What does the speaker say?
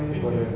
mm